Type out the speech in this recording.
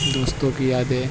دوستوں کی یادیں